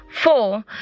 Four